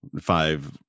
five